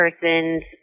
person's